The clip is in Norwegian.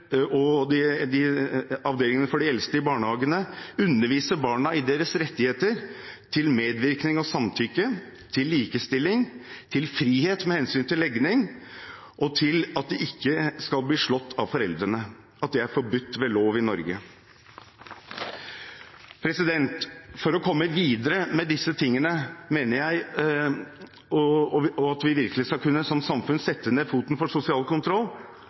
eldste i barnehagene undervise barna i deres rett til medvirkning og samtykke, til likestilling, til frihet med hensyn til legning og til ikke å bli slått av foreldrene – at det er forbudt ved lov i Norge. For å komme videre med disse tingene – at vi som samfunn virkelig skal kunne sette foten ned for sosial kontroll – mener jeg det er avgjørende at vi nå greier å stoppe represaliene som